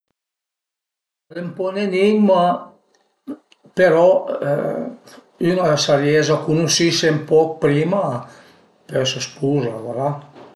Al e ün po ën enigma, però ün s'a ries a cunusise ën po prima, pöi a së spuza e voilà